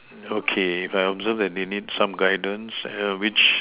okay if I observe that they need some guidance err which